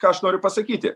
ką aš noriu pasakyti